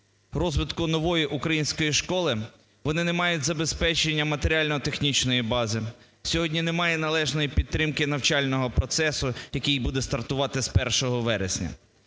розвитку нової української школи вони не мають забезпечення матеріально-технічної бази, сьогодні немає належної підтримки навчального процесу, який буде стартувати з 1 вересня.